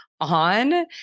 on